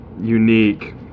unique